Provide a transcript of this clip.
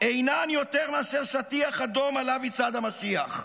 אינן יותר מאשר שטיח אדום שעליו יצעד המשיח.